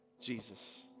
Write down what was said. Jesus